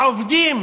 העובדים